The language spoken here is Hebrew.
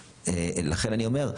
לכן אני אומר,